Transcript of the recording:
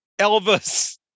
Elvis